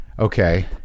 Okay